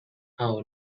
how